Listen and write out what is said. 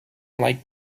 unlike